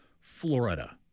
Florida